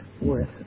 worth